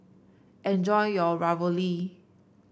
enjoy your Ravioli